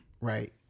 right